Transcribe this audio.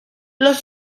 los